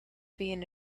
being